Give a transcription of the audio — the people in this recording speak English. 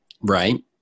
right